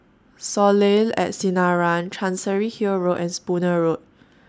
Soleil At Sinaran Chancery Hill Road and Spooner Road